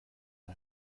and